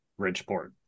Ridgeport